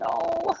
no